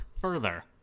further